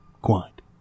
Quiet